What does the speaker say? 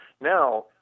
Now